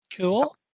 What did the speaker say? Cool